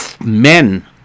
men